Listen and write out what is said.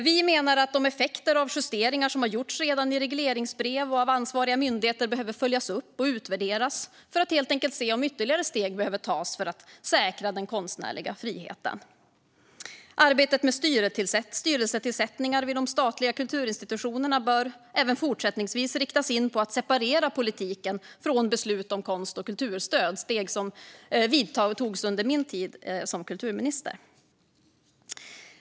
Vi menar att effekterna av de justeringar som har gjorts i regleringsbrev och av ansvariga myndigheter behöver följas upp och utvärderas för att man helt enkelt ska se om ytterligare steg behöver tas för att säkra den konstnärliga friheten. Arbetet med styrelsetillsättningar vid de statliga kulturinstitutionerna bör även fortsättningsvis riktas in på att separera politiken från beslut om konst och kulturstöd. Det är steg som togs under min tid som kulturminister.